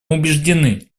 убеждены